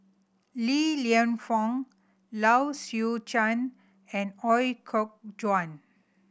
Li Lienfung Low Swee Chen and Ooi Kok Chuen